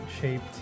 shaped